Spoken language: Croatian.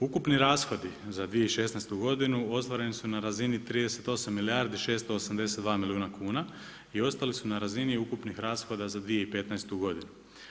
Ukupni rashodi za 2016. godinu ostvareni su na razini 38 milijardi i 682 milijuna kuna i ostali su na razini ukupnih rashoda za 2015. godinu.